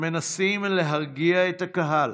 המנסים להרגיע את הקהל,